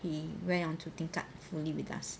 he went on to tingkat fully with us